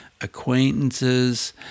acquaintances